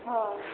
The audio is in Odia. ହଁ